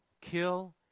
kill